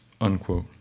unquote